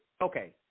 okay